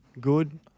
good